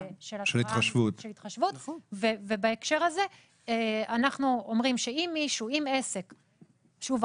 התחשבות ובהקשר הזה אנחנו אומרים שאם עסק - שוב,